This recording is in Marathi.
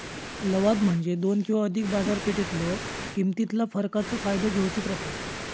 लवाद म्हणजे दोन किंवा अधिक बाजारपेठेतलो किमतीतला फरकाचो फायदा घेऊची प्रथा